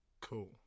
cool